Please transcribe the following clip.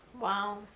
Wow